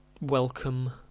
welcome